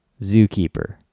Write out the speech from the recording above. Zookeeper